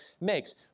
makes